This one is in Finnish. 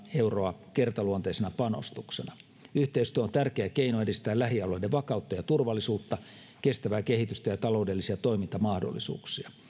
euroa kertaluonteisena panostuksena yhteistyö on tärkeä keino edistää lähialueiden vakautta ja turvallisuutta kestävää kehitystä ja taloudellisia toimintamahdollisuuksia